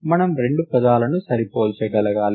మనం రెండు పదాలను పోల్చగలగాలి